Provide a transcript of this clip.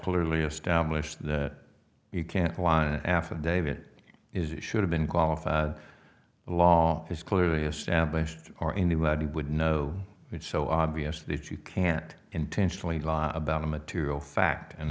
clearly establish that you can't lie in an affidavit is it should have been qualified the law is clearly established or anybody would know it's so obvious that you can't intentionally lie about a material fact and